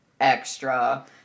extra